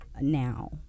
now